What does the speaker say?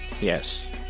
Yes